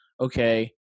okay